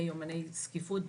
ביומני זקיפות,